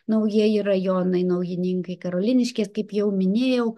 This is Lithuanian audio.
naujieji rajonai naujininkai karoliniškės kaip jau minėjau